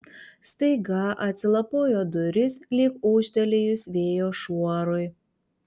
staiga atsilapojo durys lyg ūžtelėjus vėjo šuorui